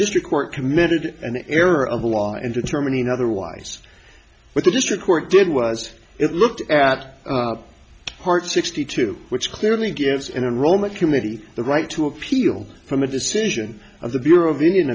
district court committed an error of law in determining otherwise what the district court did was it looked at hart sixty two which clearly gives an enrollment committee the right to appeal from a decision of the bureau of indian